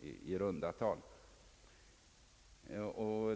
i runda tal om 225 respektive 14 nya professurer.